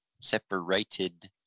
separated